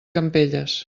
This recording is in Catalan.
campelles